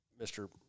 Mr